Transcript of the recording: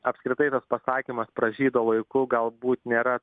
apskritai tas pasakymas pražydo laiku galbūt nėra